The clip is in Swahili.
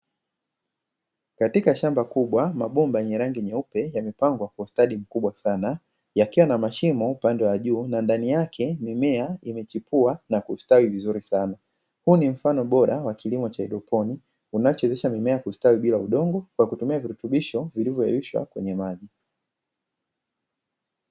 Katika shamba kubwa mabomba yenye rangi nyeupe yamepangwa kwa ustadi mkubwa sana yakiwa na mashimo upande wa juu na ndani yake mimea imechipua na kustawi vizuri sana, huu ni mfano bora wa kilimo cha haidroponi unaowezesha mimea kustawi bila udongo kwa kutumia virutubisho vilivyoyeyushwa kwenye maji.